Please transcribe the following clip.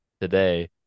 today